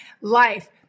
life